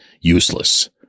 useless